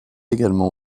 également